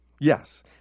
Yes